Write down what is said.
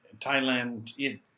Thailand